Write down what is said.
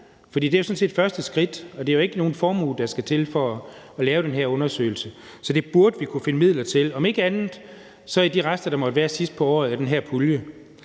For det er jo sådan set første skridt, og det er ikke nogen formue, der skal til for at lave den her undersøgelse. Så det burde vi kunne finde midler til – om ikke andet, så i de rester af den her pulje, der måtte være sidst på året. Ellers vil jeg